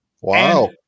Wow